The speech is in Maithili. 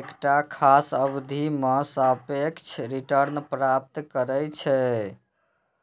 एकटा खास अवधि मे सापेक्ष रिटर्न प्राप्त करै छै